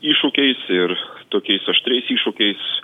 iššūkiais ir tokiais aštriais iššūkiais